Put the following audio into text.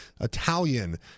Italian